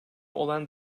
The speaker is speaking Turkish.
olan